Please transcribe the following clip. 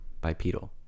Bipedal